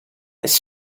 his